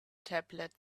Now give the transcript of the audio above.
tablet